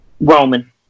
Roman